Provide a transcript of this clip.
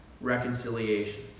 reconciliation